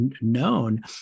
known